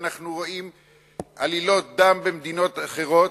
ואנחנו רואים עלילות דם במדינות אחרות,